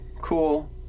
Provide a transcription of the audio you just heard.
cool